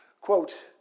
Quote